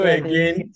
again